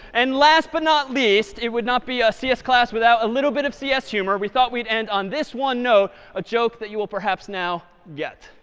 and last but not least, it would not be a cs class without a little bit of cs humor. we thought we'd end on this one note, a joke that you will perhaps now get.